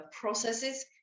processes